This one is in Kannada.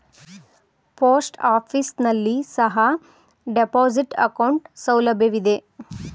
ಪೋಸ್ಟ್ ಆಫೀಸ್ ನಲ್ಲಿ ಸಹ ಡೆಪಾಸಿಟ್ ಅಕೌಂಟ್ ಸೌಲಭ್ಯವಿದೆ